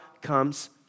comes